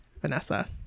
Vanessa